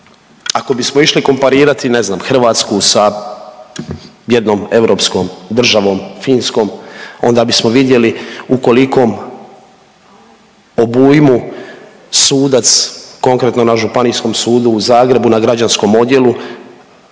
ako bismo išli komparirati, ne znam, Hrvatsku sa jednom europskom državom Finskom, onda bismo vidjeli u kolikom obujmu sudac, konkretno, na Županijskom sudu u Zagrebu na građanskom odjelu,